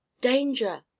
danger